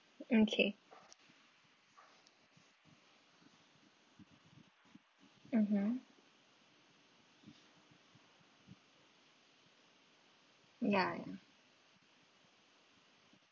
mm okay mmhmm ya ya